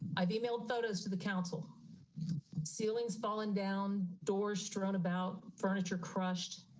i'd be mailed photos to the council ceilings falling down doors thrown about furniture crushed.